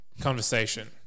conversation